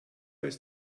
ist